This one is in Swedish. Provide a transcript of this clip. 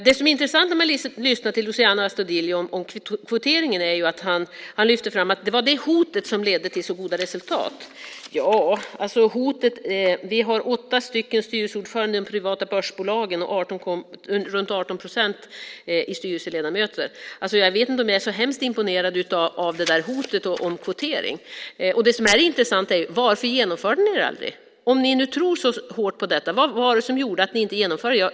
Det är intressant att Luciano Astudillo lyfter fram att det var hotet om kvotering som ledde till så goda resultat. Ja, vad har det hotet åstadkommit? Vi har åtta kvinnliga styrelseordförande i privata börsbolag och runt 18 procent kvinnor bland styrelseledamöterna. Jag är inte särskilt imponerad av hotet om kvotering. Det intressanta är också: Varför genomförde ni det aldrig? Om ni nu tror så hårt på detta, vad var det som gjorde att ni inte genomförde det?